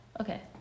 Okay